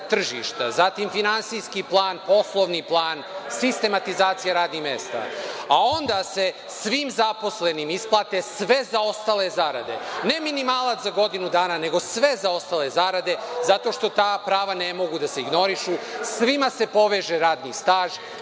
tržišta, zatim finansijski plan, poslovni plan, sistematizacija radnih mesta, a onda se svim zaposlenima isplate sve zaostale zarade, ne minimalac za godinu dana, nego sve zaostale zarade, zato što ta prava ne mogu da se ignorišu, svima se poveže radni staž,